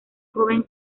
joven